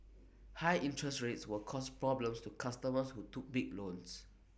high interest rates will cause problems to customers who took big loans